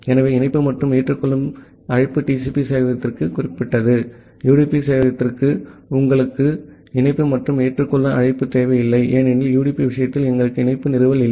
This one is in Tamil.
ஆகவே இணைப்பு மற்றும் ஏற்றுக்கொள்ளும் அழைப்பு TCP சேவையகத்திற்கு குறிப்பிட்டது யுடிபி சேவையகத்திற்கு உங்களுக்கு இணைப்பு மற்றும் ஏற்றுக்கொள்ள அழைப்பு தேவையில்லை ஏனெனில் யுடிபி விஷயத்தில் எங்களுக்கு இணைப்பு நிறுவல் இல்லை